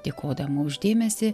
dėkodama už dėmesį